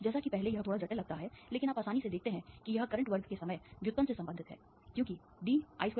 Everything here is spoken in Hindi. जैसा कि पहले यह थोड़ा जटिल लगता है लेकिन आप आसानी से देखते हैं कि यह करंट वर्ग के समय व्युत्पन्न से संबंधित है क्योंकि ddt2IdIdt